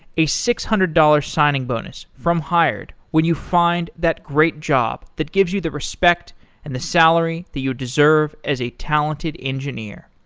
a six hundred dollars signing bonus from hired when you find that great job that gives you the respect and the salary that you deserve as a talented engineer.